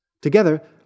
Together